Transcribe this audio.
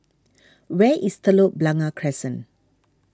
where is Telok Blangah Crescent